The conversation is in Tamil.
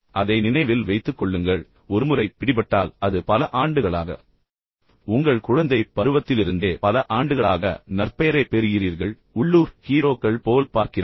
எனவே அதை நினைவில் வைத்துக் கொள்ளுங்கள் ஒருமுறை பிடிபட்டால் அது பல ஆண்டுகளாக உங்கள் குழந்தைப் பருவத்திலிருந்தே பல ஆண்டுகளாக நற்பெயரைப் பெறுகிறீர்கள் உள்ளூர் ஹீரோக்கள் போல் நீங்கள் பார்க்கப்படுகிறீர்கள்